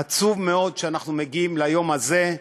עצוב מאוד שאנחנו מגיעים ליום הזה,